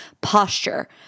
posture